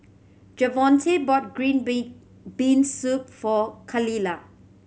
Javonte bought green bean bean soup for Khalilah